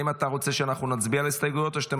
האם אתה רוצה שנצביע על ההסתייגויות